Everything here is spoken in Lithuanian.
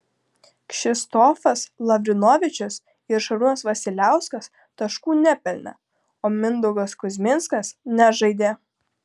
kšištofas lavrinovičius ir šarūnas vasiliauskas taškų nepelnė o mindaugas kuzminskas nežaidė